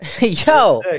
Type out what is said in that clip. Yo